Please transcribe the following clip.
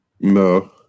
No